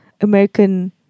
American